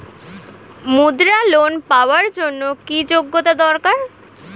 মুদ্রা লোন পাওয়ার জন্য কি যোগ্যতা দরকার?